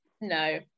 No